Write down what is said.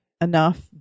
enough